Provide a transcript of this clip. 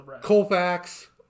Colfax